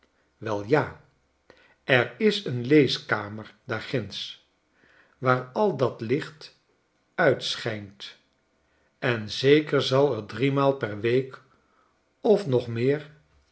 welja er is een leeskamer daar ginds waar al dat licht uit schijnt en zeker zal er driemaal per week of nog meer